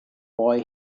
boy